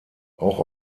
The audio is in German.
auch